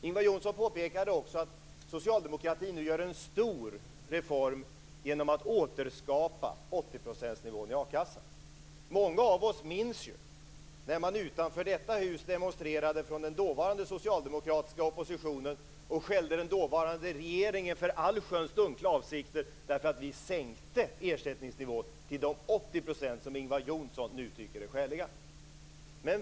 Ingvar Johnsson påpekade också att socialdemokratin nu gör en stor reform genom att återskapa 80 procentsnivån i a-kassan. Många av oss minns när den dåvarande socialdemokratiska oppositionen demonstrerade utanför detta hus och skällde den dåvarande regeringen för allsköns dunkla avsikter därför att den sänkte ersättningsnivån till de 80 % som Ingvar Johnsson nu tycker är skäliga.